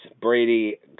Brady